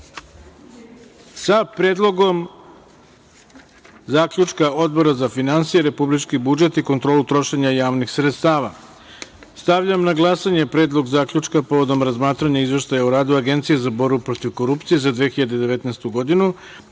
sa Predlogom zaključka Odbora za finansije, republički budžet i kontrolu trošenja javnih sredstava. Stavljam na glasanje Predlog zaključa povodom razmatranja Izveštaja o radu Agencije za borbu protiv korupcije za 2019. godinu,